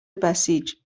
بسیج